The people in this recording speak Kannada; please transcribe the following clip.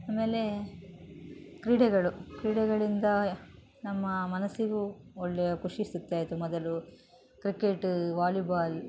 ಆಮೇಲೆ ಕ್ರೀಡೆಗಳು ಕ್ರೀಡೆಗಳಿಂದ ನಮ್ಮ ಮನಸ್ಸಿಗು ಒಳ್ಳೆಯ ಖುಷಿ ಸಿಗ್ತಾ ಇತ್ತು ಮೊದಲು ಕ್ರಿಕೆಟ್ ವಾಲಿಬಾಲ್